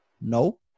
No